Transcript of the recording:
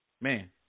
Man